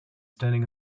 standing